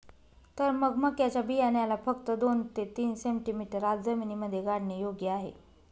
तर मग मक्याच्या बियाण्याला फक्त दोन ते तीन सेंटीमीटर आत जमिनीमध्ये गाडने योग्य आहे